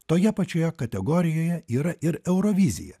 toje pačioje kategorijoje yra ir eurovizija